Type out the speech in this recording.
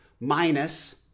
minus